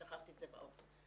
שכחתי את זה באוטו,